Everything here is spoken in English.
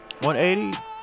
180